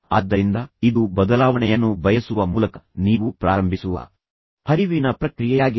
ಆದ್ದರಿಂದ ಇದು ಬದಲಾವಣೆಯನ್ನು ಬಯಸುವ ಮೂಲಕ ನೀವು ಪ್ರಾರಂಭಿಸುವ ಹರಿವಿನ ಪ್ರಕ್ರಿಯೆಯಾಗಿದೆ